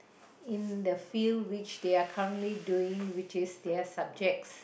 in the field which they are currently doing which is their subjects